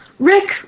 Rick